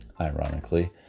ironically